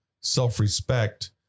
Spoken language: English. self-respect